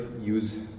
use